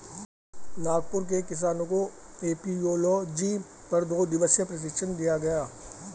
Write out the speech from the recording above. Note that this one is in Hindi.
नागपुर के किसानों को एपियोलॉजी पर दो दिवसीय प्रशिक्षण दिया गया